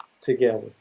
together